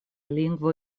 lingvo